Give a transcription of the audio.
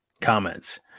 comments